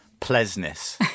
pleasness